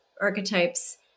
archetypes